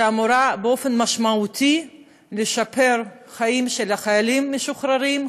שאמורה לשפר באופן משמעותי את החיים של חיילים משוחררים,